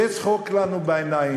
זה צחוק בעיניים,